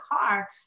car